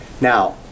now